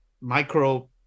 micro